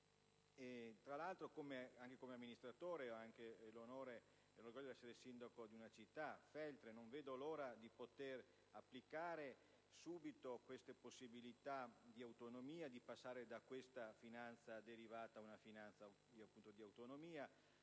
Tra l'altro, come amministratore, ho l'onore e l'orgoglio di essere sindaco di una città, Feltre, e non vedo l'ora di poter applicare subito queste possibilità di autonomia, di passare da questa finanza derivata a una finanza appunto di autonomia,